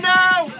now